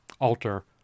alter